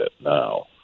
now